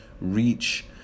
reach